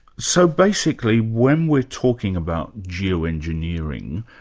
so basically when we're talking about geoengineering,